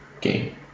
game